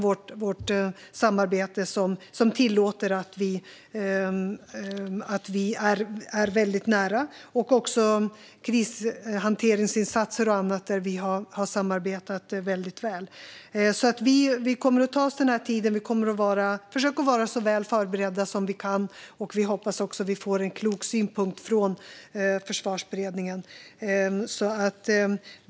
Vårt samarbete tillåter att vi är nära. I krishanteringsinsatser och annat har vi också samarbetat väldigt väl. Vi kommer att ta oss den här tiden och försöka vara så väl förberedda som vi kan. Vi hoppas också att vi får en klok synpunkt från Försvarsberedningen.